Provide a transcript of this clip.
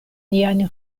nian